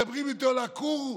מדברים איתו על הכור,